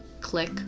click